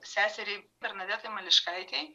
seseriai bernadetai mališkaitei